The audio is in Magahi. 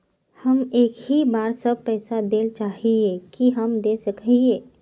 हम एक ही बार सब पैसा देल चाहे हिये की हम दे सके हीये?